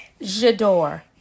jador